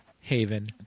Haven